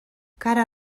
cara